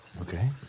Okay